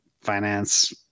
finance